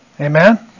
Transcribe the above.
amen